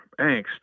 angst